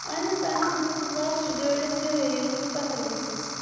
اَہن حظ اَہن حظ بہٕ ٲسٕس لاسٹٕچ گٲڑۍ ٲسۍ یِہے ییٚمہِ مَنٛز بہٕ پَتھَر ؤژھس